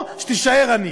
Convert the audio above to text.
או שתישאר עני.